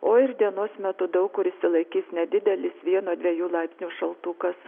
o ir dienos metu daug kur išsilaikys nedidelis vieno dviejų laipsnių šaltukas